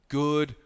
good 。